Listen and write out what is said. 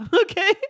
Okay